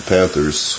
Panthers